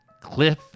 Cliff